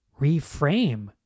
reframe